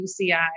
UCI